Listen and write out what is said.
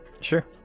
Sure